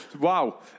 Wow